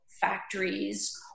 factories